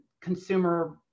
consumer